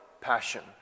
passion